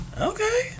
okay